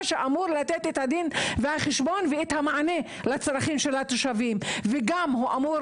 שאמור לתת את הדין והחשבון ואת המענה לצרכים של התושבים וגם הוא אמור